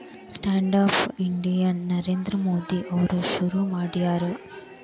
stand up India ನ ನರೇಂದ್ರ ಮೋದಿ ಅವ್ರು ಶುರು ಮಾಡ್ಯಾರ